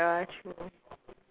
ya true